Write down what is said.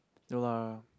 no lah